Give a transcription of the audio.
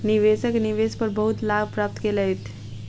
निवेशक निवेश पर बहुत लाभ प्राप्त केलैथ